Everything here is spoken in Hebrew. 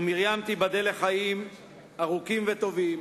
ומרים, תיבדל לחיים ארוכים וטובים,